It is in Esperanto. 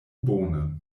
bone